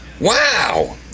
Wow